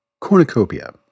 cornucopia